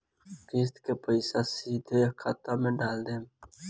किस्त के पईसा हम सीधे खाता में डाल देम?